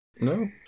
No